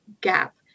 gap